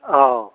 औ